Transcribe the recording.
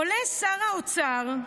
עולה שר האוצר,